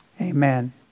amen